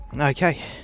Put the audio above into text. Okay